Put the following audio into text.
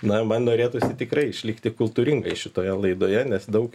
na man norėtųsi tikrai išlikti kultūringai šitoje laidoje nes daug